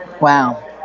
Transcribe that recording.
Wow